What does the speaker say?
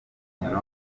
umukino